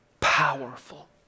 Powerful